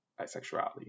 bisexuality